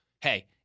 hey